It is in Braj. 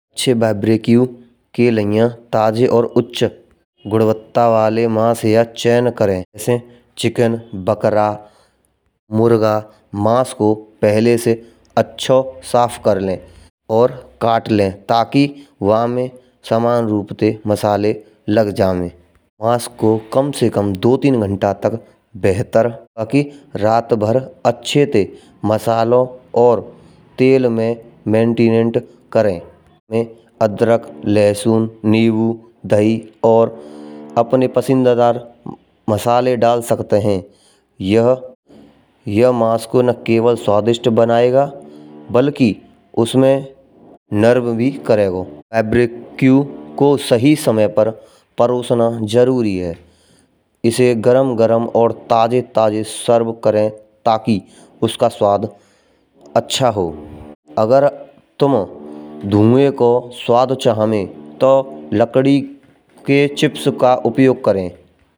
अछे बार्बिक्यू के लिए ताजे और उच्च गुणवत्ता वाले मांस या चयन करें। चिकन, बकरा, मुर्गा, मांस को पहिले से अछो साफ कर लें और काट ले। ताकि वहां में समान रूप से मसाले लग जावे। मांस को कम से कम दो-तीन घंटे तक बेहतर वा की रात भर अछे ते मसालो और तेल में मैन्टेन करें। अदरक लहसुन नींबू दही और अपनी पसंदीदा दर मसाले डाल सकते हैं। यह मांस को न केवल स्वादिष्ट बनाएगा बलकि उसमें नरव भी करेगा। फैब्रिकु को सही समय पर प्रोसन जरूरी है। इसी गरम गरम और ताजी-ताजी सर्व करें ताकि उसका स्वाद अच्छा हो। अगर तुम दोनों को स्वाद चाहने तो लकड़ी के चिप्स का उपयोग करें।